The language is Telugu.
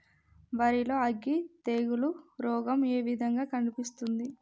వరి లో అగ్గి తెగులు రోగం ఏ విధంగా కనిపిస్తుంది?